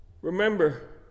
Remember